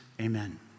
Amen